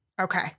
Okay